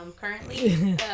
currently